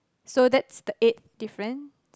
so that's the eighth different